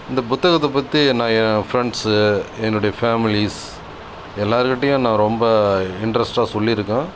இந்த புத்தகத்தை பற்றி நான் என் ஃபிரண்ட்ஸு என்னுடைய ஃபேமிலிஸ் எல்லாருகிட்டேயும் நான் ரொம்ப இன்ரெஸ்ட்டாக சொல்லியிருக்கேன்